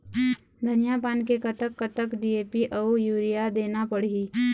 धनिया पान मे कतक कतक डी.ए.पी अऊ यूरिया देना पड़ही?